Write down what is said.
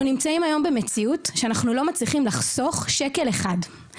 אנחנו נמצאים היום במציאות שבה אנחנו לא מצליחים לחסוך שקל אחד.